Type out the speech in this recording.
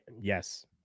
yes